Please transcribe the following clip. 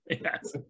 Yes